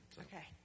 Okay